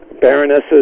baronesses